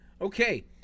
Okay